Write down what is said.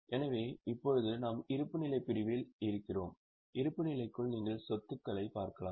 எனவே இப்போது நாம் இருப்புநிலைப் பிரிவில் இருக்கிறோம் இருப்புநிலைக்குள் நீங்கள் சொத்துக்களைப் பார்க்கலாம்